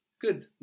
Good